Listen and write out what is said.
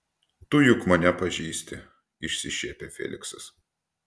tu juk mane pažįsti išsišiepia feliksas